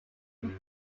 from